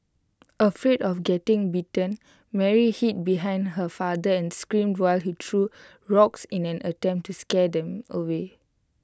afraid of getting bitten Mary hid behind her father and screamed while he threw rocks in an attempt to scare them away